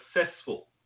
successful –